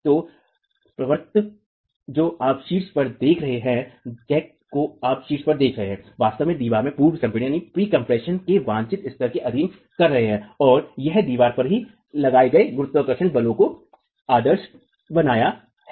तो प्रवर्तक जो आप शीर्ष पर देखते हैंजैक जो आप शीर्ष पर देखते हैं वास्तव में दीवार को पूर्व संपीडन के वांछित स्तर के अधीन कर रहे हैं और यह दीवार पर ही लगाए गए गुरुत्वाकर्षण बलों को आदर्श बनाना है